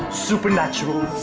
supernatural.